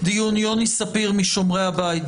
יוני ספיר משומרי הבית,